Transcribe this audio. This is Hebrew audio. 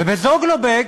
וב"זוגלובק"